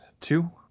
two